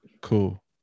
Cool